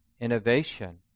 innovation